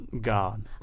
God